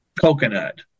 coconut